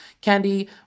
Candy